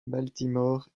baltimore